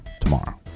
tomorrow